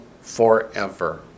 forever